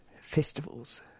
Festivals